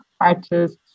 artists